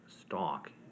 stock